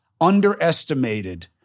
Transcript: underestimated